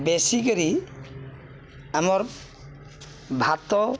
ବେଶୀ କରି ଆମର୍ ଭାତ